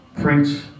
preach